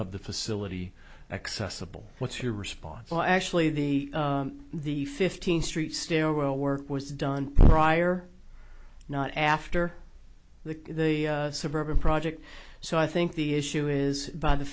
of the facility accessible what's your response well actually the fifteenth street stairwell work was done prior not after the suburban project so i think the issue is by the